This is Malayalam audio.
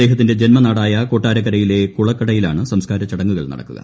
അദ്ദേഹത്തിന്റെ ജന്മനാടായ കൊട്ടാരക്കരയിലെ കുളക്കടയിലാണ് സംസ്കാരച്ചടങ്ങുകൾ നടക്കുക